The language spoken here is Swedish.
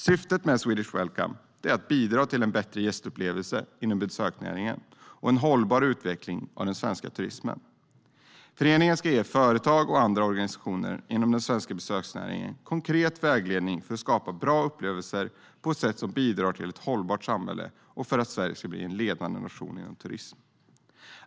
Syftet med Swedish Welcome är att bidra till bättre gästupplevelser inom besöksnäringen och en hållbar utveckling av den svenska turismen. Föreningen ska ge företag och andra organisationer inom den svenska besöksnäringen konkret vägledning för att skapa bra upplevelser på ett sätt som bidrar till ett hållbart samhälle och för att Sverige ska bli en ledande nation inom turism.